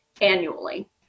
annually